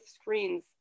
screens